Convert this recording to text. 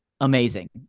Amazing